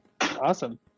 Awesome